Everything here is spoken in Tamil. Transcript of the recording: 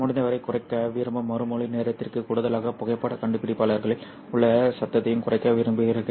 முடிந்தவரை குறைக்க விரும்பும் மறுமொழி நேரத்திற்கு கூடுதலாக புகைப்படக் கண்டுபிடிப்பாளர்களில் உள்ள சத்தத்தையும் குறைக்க விரும்புகிறீர்கள்